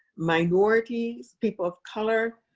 minorities, people of color,